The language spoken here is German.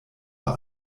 bei